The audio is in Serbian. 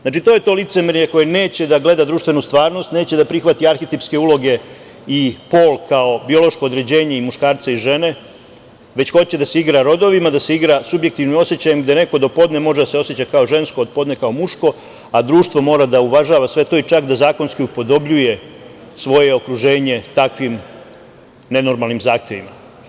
Znači, to je to licemerje koje neće da gleda društvenu stvarnost, neće da prihvati arhetipske uloge i pol kao biološko određenje i muškarca i žene, već hoće da se igra rodovima, da se igra subjektivnim osećajem, da neko do podne može da se oseća kao žensko, od podne kao muško, a društvo mora da uvažava sve to i čak da zakonski upodobljuje svoje okruženje takvim nenormalnim zahtevima.